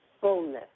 fullness